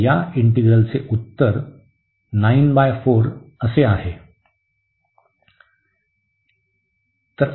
तर या इंटीग्रलाचे उत्तर असे आहे